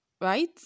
right